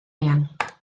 eang